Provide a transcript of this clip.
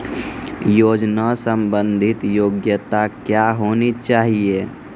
योजना संबंधित योग्यता क्या होनी चाहिए?